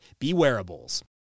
BeWearables